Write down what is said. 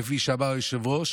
כפי שאמר היושב-ראש.